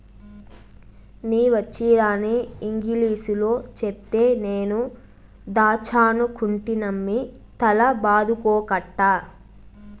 నీ వచ్చీరాని ఇంగిలీసులో చెప్తే నేను దాచ్చనుకుంటినమ్మి తల బాదుకోకట్టా